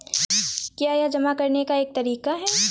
क्या यह जमा करने का एक तरीका है?